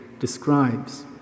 Describes